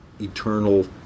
eternal